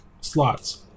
slots